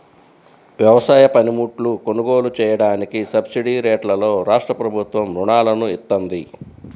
వ్యవసాయ పనిముట్లు కొనుగోలు చెయ్యడానికి సబ్సిడీరేట్లలో రాష్ట్రప్రభుత్వం రుణాలను ఇత్తంది